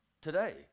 today